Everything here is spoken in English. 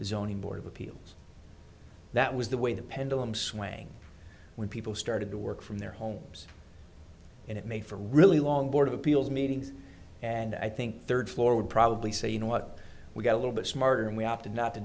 the zoning board of appeals that was the way the pendulum swing when people started to work from their homes and it made for a really long board of appeals meetings and i think third floor would probably say you know what we got a little bit smarter and we opted not to